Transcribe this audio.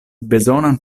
bezonas